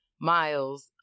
miles